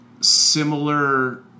similar